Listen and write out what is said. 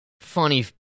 funny